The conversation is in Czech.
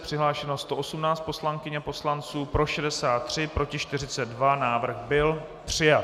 Přihlášeno 118 poslankyň a poslanců, pro 63, proti 42, návrh byl přijat.